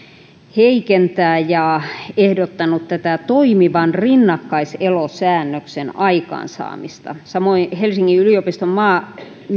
heikentää ja ehdottanut toimivan rinnakkaiselosäännöksen aikaansaamista samoin helsingin yliopiston